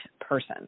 person